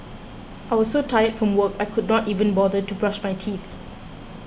I was so tired from work I could not even bother to brush my teeth